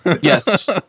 Yes